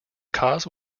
cause